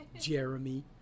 Jeremy